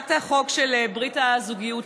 הצעת החוק של ברית הזוגיות,